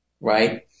right